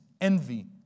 envy